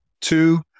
two